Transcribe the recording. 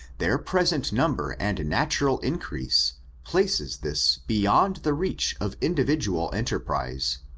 their present number and natural increase, places this beyond the reach of individual enterprise.